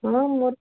ହଁ ମୋର